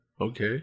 okay